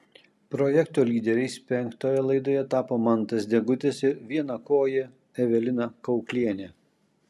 projekto lyderiais penktoje laidoje tapo mantas degutis ir vienakojė evelina kauklienė